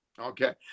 okay